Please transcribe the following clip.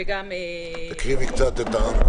וגם להודות לך על הדרך שבה אתה מנהל בוועדה הזאת את הדיונים,